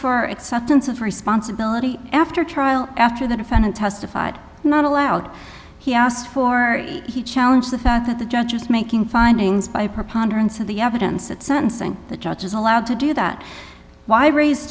it substance of responsibility after trial after the defendant testified not allowed he asked for he challenge the fact that the judge is making findings by preponderance of the evidence at sentencing the judge is allowed to do that why raise